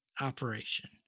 operation